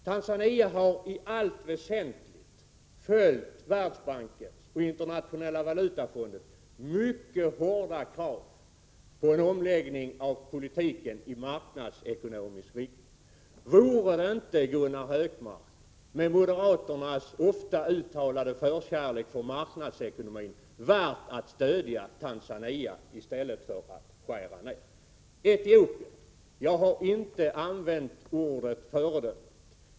Tanzania har i allt väsentligt följt Världsbankens och Internationella valutafondens mycket hårda krav på en omläggning av politiken i marknadsekonomisk riktning. Vore det inte, Gunnar Hökmark, med moderaternas ofta uttalade förkärlek för marknadsekonomin, värt att stödja Tanzania i stället för att skära ned på biståndet? Jag har inte använt ordet föredöme om Etiopien.